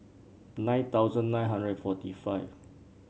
nine thousand nine hundred and forty five